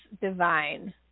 divine